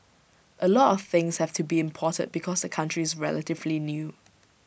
A lot of things have to be imported because the country is relatively new